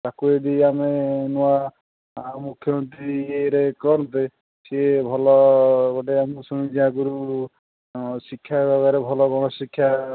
ତାକୁ ଯଦି ଆମେ ନୂଆ ମୁଖ୍ୟମନ୍ତ୍ରୀ ଇଏରେ କରନ୍ତେ ସିଏ ଭଲ ଗୋଟେ ମୁଁ ଶୁଣିଛି ଆଗରୁ ଶିକ୍ଷା ଭାବରେ ଭଲ ଶିକ୍ଷା